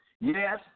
Yes